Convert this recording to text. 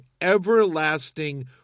everlasting